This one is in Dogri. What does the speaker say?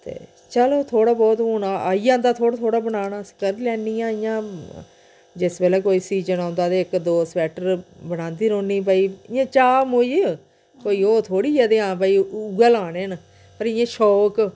ते चलो थोह्ड़ा बोह्त हून आई जंदा थोह्ड़ा थोह्ड़ा बनाना अस करी लैन्नी आं इ'यां जिस बेल्लै कोई सीजन औंदा तां इक दो स्वैटर बनांदी रौह्नी भई इ'यां चाऽ मूजब कोई ओह् थोह्ड़ी ऐ कि हां भाई उ'यै लाने न पर इ'यां शौक